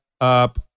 up